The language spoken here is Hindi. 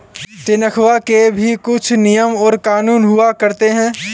तन्ख्वाह के भी कुछ नियम और कानून हुआ करते हैं